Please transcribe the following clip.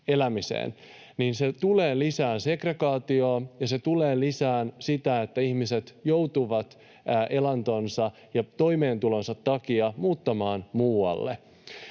niin se tulee lisäämään segregaatiota ja se tulee lisäämään sitä, että ihmiset joutuvat elantonsa ja toimeentulonsa takia muuttamaan muualle.